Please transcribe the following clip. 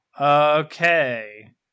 Okay